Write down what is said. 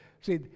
See